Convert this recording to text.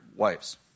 Wives